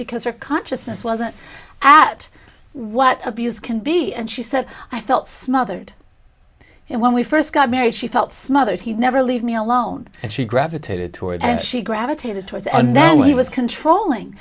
because her consciousness wasn't at what abuse can be and she said i felt smothered and when we first got married she felt smothered he never leave me alone and she gravitated toward and she gravitated towards and then when he was controlling